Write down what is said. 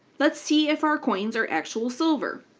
let's see if our coins are actual silver.